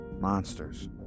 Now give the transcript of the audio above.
monsters